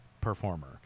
performer